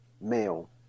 male